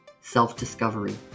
self-discovery